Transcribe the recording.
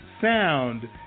sound